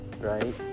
right